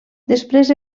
després